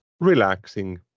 Relaxing